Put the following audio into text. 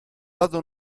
lato